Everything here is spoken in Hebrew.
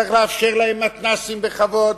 צריך לאפשר להם מתנ"סים בכבוד,